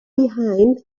behind